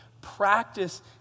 practice